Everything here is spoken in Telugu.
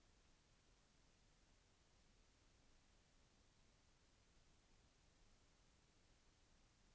బంగాళదుంప ను కడిగే యంత్రం ఏంటి? ఎలా వాడాలి?